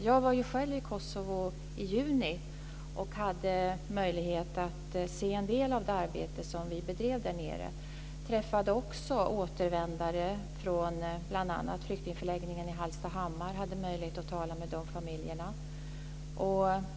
Jag var själv i Kosovo i juni och hade möjlighet att se en del av det arbete som vi bedriver. Jag träffade också återvändare från bl.a. flyktingförläggningen i Hallstahammar och hade möjlighet att tala med familjer därifrån.